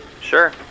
Sure